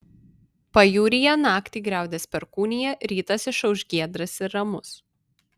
pajūryje naktį griaudės perkūnija rytas išauš giedras ir ramus